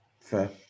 Fair